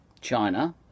China